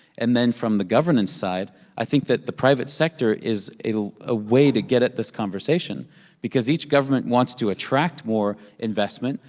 and then from the governance side, i think that the private sector is a ah way to get at this conversation because each government wants to attract more investment,